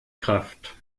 kraft